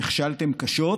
נכשלתם קשות,